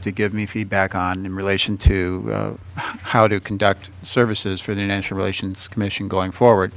to give me feedback on in relation to how to conduct services for the naturalizations commission going forward